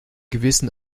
gewissen